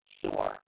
sure